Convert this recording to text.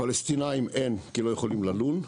פלסטינים אין, כי לא יכולים ללון.